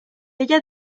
ella